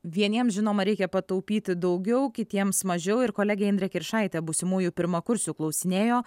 vieniem žinoma reikia pataupyti daugiau kitiems mažiau ir kolegė indrė kiršaitė būsimųjų pirmakursių klausinėjo